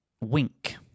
Wink